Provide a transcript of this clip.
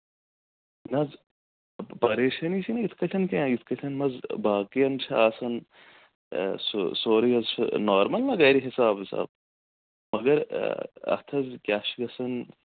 نہ حظ پَریشٲنی چھےٚ نہٕ یِتھ کٲٹھۍ کیٚنہہ یِتھ کٲٹھۍ حظ باقین چھےٚ آسان سُہ سورُے حظ چھُ نارمَل گرِ حِساب وِساب مَگر اَتھ حظ کیاہ چھُ گژھان